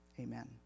amen